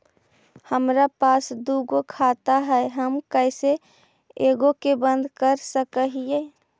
हमरा पास दु गो खाता हैं, हम कैसे एगो के बंद कर सक हिय?